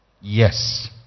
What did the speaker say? Yes